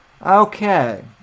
Okay